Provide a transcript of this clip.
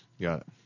Got